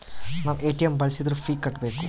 ನಾವ್ ಎ.ಟಿ.ಎಂ ಬಳ್ಸಿದ್ರು ಫೀ ಕಟ್ಬೇಕು